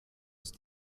ist